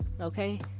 okay